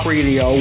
Radio